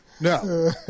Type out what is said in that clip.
No